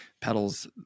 pedals